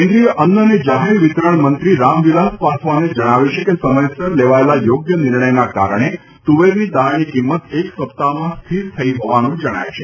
કેન્દ્રીય અન્ન અને જાહેર વિતરણ મંત્રી રામવિલાસ પાસવાને જણાવ્યું છે કે સમયસર લેવાયેલા યોગ્ય નિર્ણયના લીધે તુવેરની દાળની કિંમત એક સપ્તાહમાં સ્થિર થઇ હોવાનું જણાય છે